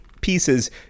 pieces